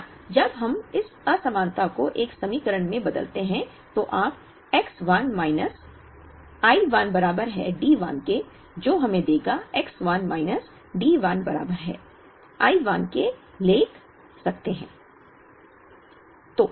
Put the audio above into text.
या जब हम इस असमानता को एक समीकरण में बदलते हैं तो आप X 1 माइनस I 1 बराबर है D1 के जो हमें देगा X 1 माइनस D 1 बराबर है I 1 के लिख सकते हैं